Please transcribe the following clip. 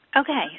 Okay